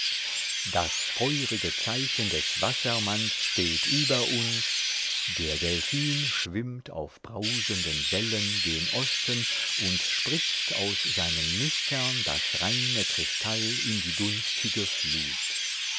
das feurige zeichen des wassermanns steht über uns der delphin schwimmt auf brausenden wellen gen osten und spritzt aus seinen nüstern das reine kristall in die dunstige flut